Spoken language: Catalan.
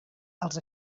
els